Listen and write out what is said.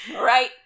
Right